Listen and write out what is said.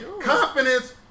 Confidence